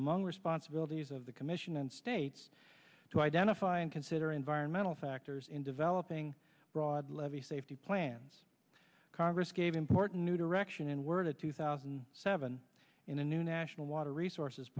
among responsibilities of the commission and states to identify and consider environmental factors in developing broad levee safety plans congress gave important new direction in word two thousand and seven in a new national water resources